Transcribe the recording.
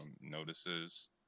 notices